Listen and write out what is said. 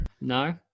No